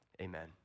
amen